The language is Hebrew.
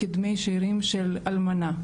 כדמי שארים של אלמנה,